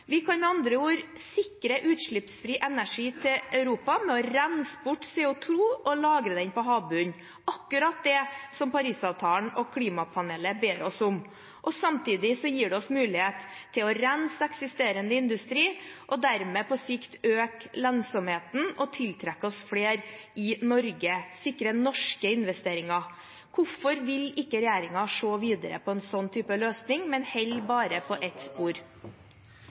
Vi kan med andre ord sikre utslippsfri energi til Europa ved å rense bort CO2 og lagre den på havbunnen, akkurat det Parisavtalen og klimapanelet ber oss om. Samtidig gir det oss muligheten til å rense eksisterende industri og dermed på sikt øke lønnsomheten og tiltrekke oss flere i Norge, sikre norske investeringer. Hvorfor vil ikke regjeringen se videre på en slik type løsning, men holder på bare ett spor?